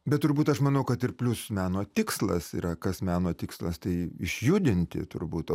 bet turbūt aš manau kad ir plius meno tikslas yra kas meno tikslas tai išjudinti turbūt o